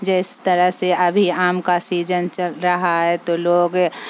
جس طرح سے ابھی آم کا سیزن چل رہا ہے تو لوگ